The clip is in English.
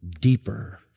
deeper